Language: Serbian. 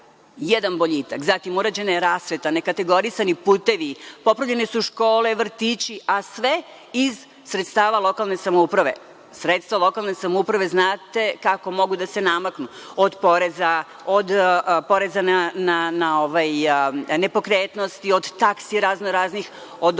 Jedan boljitak. Zatim, urađena je rasveta, nekategorisani putevi, popravljene su škole, vrtići, a sve iz sredstava lokalne samouprave. Sredstva lokalne samouprave znate kako mogu da se namaknu. Od poreza, od poreza na nepokretnosti, od taksi razno-raznih, od dovođenja